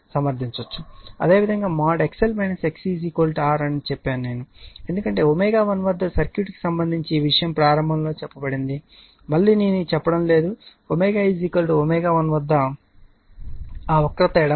అదేవిధంగా ఇది mod XL XC R అని నేను చెప్పాను ఎందుకంటే ω1 వద్ద సర్క్యూట్ కి సంబంధించి ఈ విషయం ప్రారంభంలో చెప్పబడింది మళ్ళీ నేను చెప్పడం లేదు ω ω1 వద్ద ఆ వక్రత ఎడమ వైపు ఉంది